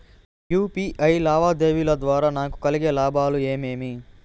UPI లావాదేవీల ద్వారా నాకు కలిగే లాభాలు ఏమేమీ?